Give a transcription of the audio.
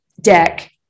deck